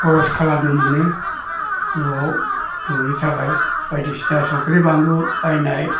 खरस खालामनो मोनो न'आव न'नि थाखाय बायदि सिना संख्रि बानलु बायनाय